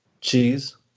cheese